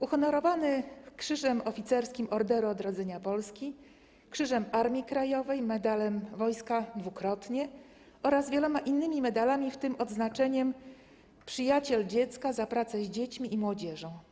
Uhonorowany Krzyżem Oficerskim Orderu Odrodzenia Polski, Krzyżem Armii Krajowej, dwukrotnie Medalem Wojska oraz wieloma innymi medalami, w tym odznaczeniem „Przyjaciel Dziecka” za pracę z dziećmi i młodzieżą.